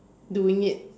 doing it